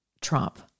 Trump